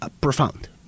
profound